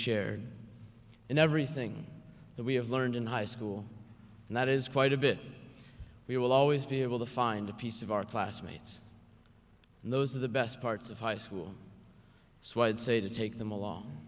shared in everything that we have learned in high school and that is quite a bit we will always be able to find a piece of our classmates and those are the best parts of high school so i would say to take them along